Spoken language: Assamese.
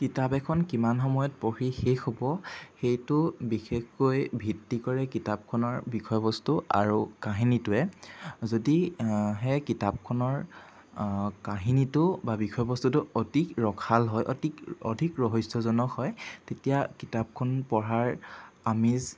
কিতাপ এখন কিমান সময়ত পঢ়ি শেষ হ'ব সেইটো বিশেষকৈ ভিত্তি কৰে কিতাপখনৰ বিষয় বস্তু আৰু কাহিনীটোৱে যদি সেই কিতাপখনৰ কাহিনীটো বা বিষয়বস্তুটো অতি ৰসাল হয় অতি অধিক ৰহস্যজনক হয় তেতিয়া কিতাপখন পঢ়াৰ আমেজ